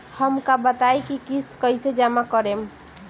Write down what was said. हम का बताई की किस्त कईसे जमा करेम?